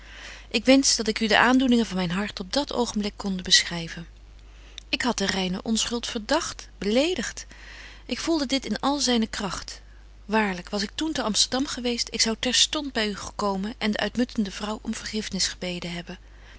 ik wensch dat ik u de aandoeningen van myn hart op dat oogenblik konde beschryven betje wolff en aagje deken historie van mejuffrouw sara burgerhart ik had de reine onschuld verdagt beledigt ik voelde dit in al zyne kragt waarlyk was ik toen te amsterdam geweest ik zou terstond by u gekomen en de uitmuntende vrouw om vergifnis gebeden hebben